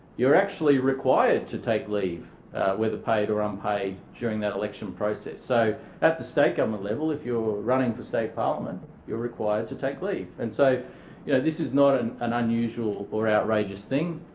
you're actually required to take leave whether paid or unpaid during that election process. so at the state government level if you're running for state parliament you're required to take leave and so yeah this is not an an unusual or outrageous thing.